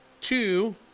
Two